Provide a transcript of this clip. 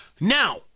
Now